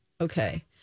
Okay